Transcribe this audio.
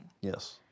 Yes